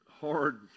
hard